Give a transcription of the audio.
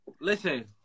Listen